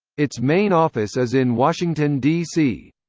its main office is in washington, dc.